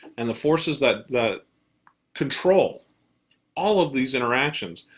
and the forces that that control all of these interactions,